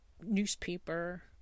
newspaper